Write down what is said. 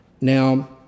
Now